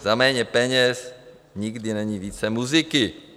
Za méně peněz nikdy není více muziky.